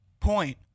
point